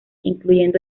incluyendo